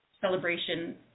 celebration